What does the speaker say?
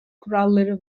kuralları